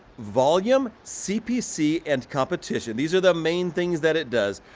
volume, cpc, and competition. these are the main things that it does.